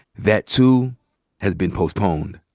that too has been postponed.